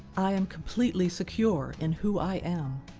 i am completely secure in who i am.